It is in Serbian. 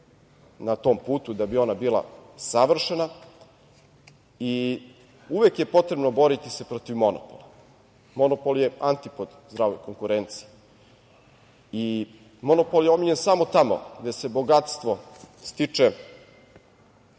na tom putu da bi ona bila savršena i uvek je potrebno boriti se protiv monopola. Monopol je antipod zdravoj konkurenciji i monopol je omiljen samo tamo gde se bogatstvo stiče